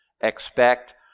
expect